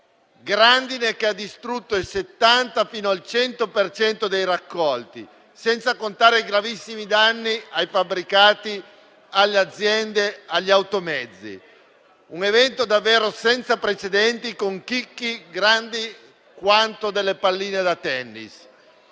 grandine ha distrutto dal 70 fino al 100 per cento dei raccolti, senza contare i gravissimi danni ai fabbricati, alle aziende e agli automezzi; un evento davvero senza precedenti, con chicchi grandi quanto delle palline da tennis.